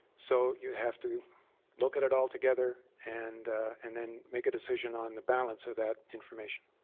so you have to look at it all together and and then make a decision on the balance of that information.